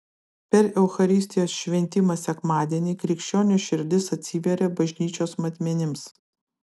per eucharistijos šventimą sekmadienį krikščionio širdis atsiveria bažnyčios matmenims